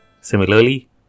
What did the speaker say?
Similarly